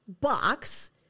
box